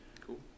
cool